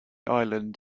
island